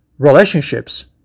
relationships